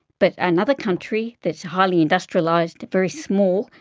but another country that is highly industrialised, very small,